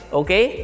okay